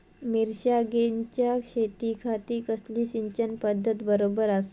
मिर्षागेंच्या शेतीखाती कसली सिंचन पध्दत बरोबर आसा?